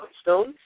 stones